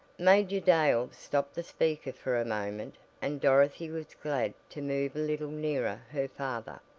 major dale stopped the speaker for a moment and dorothy was glad to move a little nearer her father.